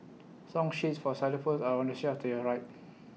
song sheets for xylophones are on the shelf to your right